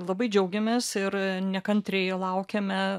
labai džiaugiamės ir nekantriai laukiame